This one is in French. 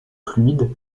fluide